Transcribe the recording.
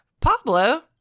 Pablo